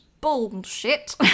bullshit